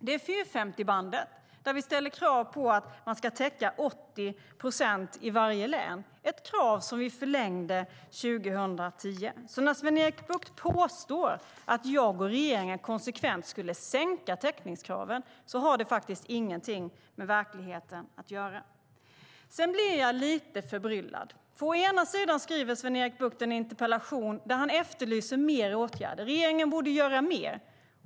Det är 450-bandet, där vi ställer krav på att man ska täcka 80 procent i varje län - ett krav som vi förlängde 2010. När Sven-Erik Bucht påstår att jag och regeringen konsekvent skulle sänka täckningskraven har det ingenting med verkligheten att göra. Sedan blir jag lite förbryllad. Å ena sidan skriver Sven-Erik Bucht en interpellation där han efterlyser mer åtgärder: Regeringen borde göra mer.